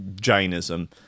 Jainism